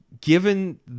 given